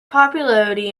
popularity